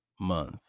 month